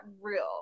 real